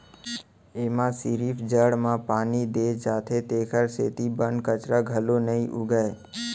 एमा सिरिफ जड़ म पानी दे जाथे तेखर सेती बन कचरा घलोक नइ उगय